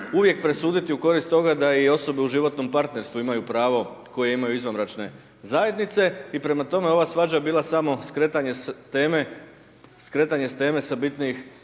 uvijek presuditi u korist toga da je i osobe u životnom partnerstvu imaju pravo, koje imaju izvanbračne zajednice, i prema tome ova svađa je bila samo skretanje s teme, skretanje